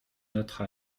notre